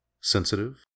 Sensitive